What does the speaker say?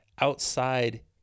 outside